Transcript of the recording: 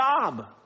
job